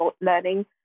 learning